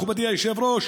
מכובדי היושב-ראש,